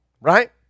Right